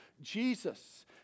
Jesus